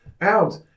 out